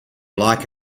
like